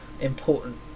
important